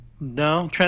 no